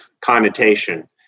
connotation